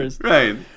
Right